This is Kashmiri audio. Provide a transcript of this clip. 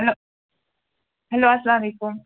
ہیٚلو ہیٚلو اسلام علیکُم